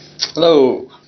Hello